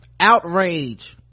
Outrage